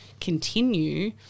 continue